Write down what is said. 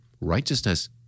righteousness